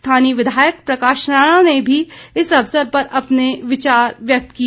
स्थानीय विधायक प्रकाश राणा ने भी इस अवसर पर अपने विचार व्यक्त किए